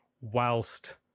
whilst